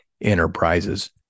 Enterprises